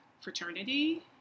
fraternity